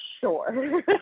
sure